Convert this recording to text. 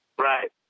Right